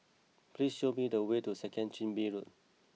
please show me the way to Second Chin Bee Road